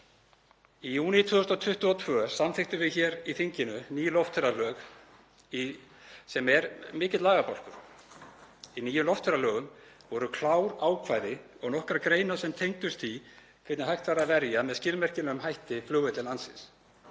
Í júní 2022 samþykktum við hér í þinginu ný loftferðalög, sem eru mikill lagabálkur. Í nýjum loftferðalögum voru klár ákvæði og nokkrar greinar sem tengdust því hvernig hægt væri að verja með skilmerkilegum hætti flugvelli landsins.